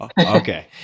Okay